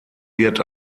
wird